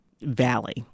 valley